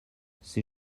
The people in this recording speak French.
ces